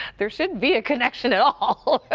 there shouldn't be a connection at ah ah